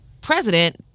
president